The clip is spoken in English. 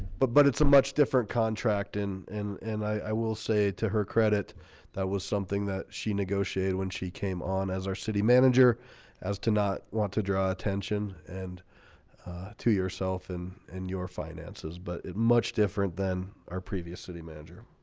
but but it's a much different contract in and and i will say to her credit that was something that she negotiated when she came on as our city manager as to not want to draw attention and to yourself and and your finances, but it much different than our previous city manager